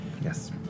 Yes